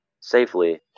safely